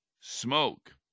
smoke